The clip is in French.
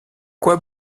quoi